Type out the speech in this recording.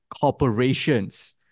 corporations